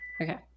Okay